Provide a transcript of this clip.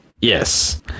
Yes